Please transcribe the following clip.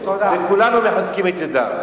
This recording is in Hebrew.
וכולנו מחזקים את ידיו.